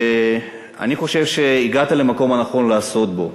אני חושב שהגעת למקום הנכון לעשות בו.